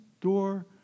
door